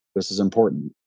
this is important.